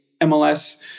MLS